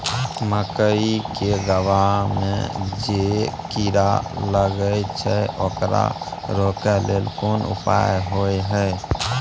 मकई के गबहा में जे कीरा लागय छै ओकरा रोके लेल कोन उपाय होय है?